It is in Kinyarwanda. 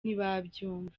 ntibabyumva